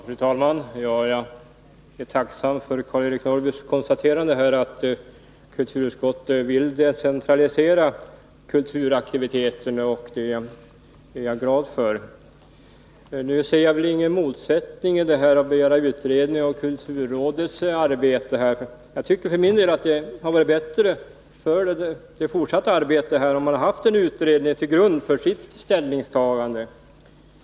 Fru talman! Jag är tacksam för Karl-Eric Norrbys konstaterande att kulturutskottet vill decentralisera kulturaktiviteterna. Jag är glad för det. Jag ser i och för sig ingen motsättning mellan en utredning och kulturrådets arbete. Jag tycker för min del att det hade varit bättre för det fortsatta arbetet om man haft en utredning till grund för sitt ställningstagande.